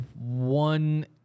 one